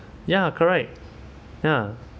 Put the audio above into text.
ya correct ya